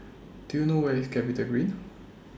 Do YOU know Where IS Capitagreen